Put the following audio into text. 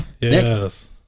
Yes